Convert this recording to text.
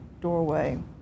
doorway